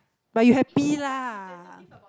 but you happy lah